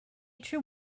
true